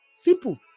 Simple